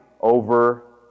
over